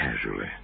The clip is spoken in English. casually